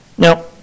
Now